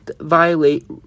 violate